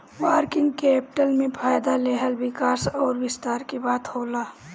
working capital में फ़ायदा लेहल विकास अउर विस्तार के बात होला